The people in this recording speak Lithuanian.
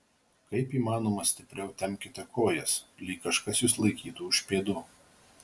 kaip įmanoma stipriau tempkite kojas lyg kažkas jus laikytų už pėdų